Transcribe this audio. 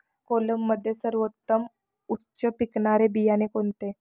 कोलममध्ये सर्वोत्तम उच्च पिकणारे बियाणे कोणते?